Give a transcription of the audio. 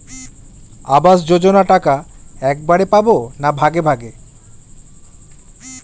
আবাস যোজনা টাকা একবারে পাব না ভাগে ভাগে?